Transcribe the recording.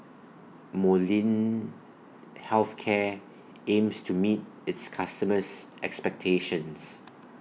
Molnylcke Health Care aims to meet its customers' expectations